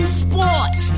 sport